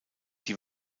die